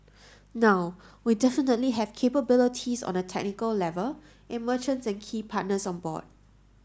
now we definitely have capabilities on a technical level and merchants and key partners on board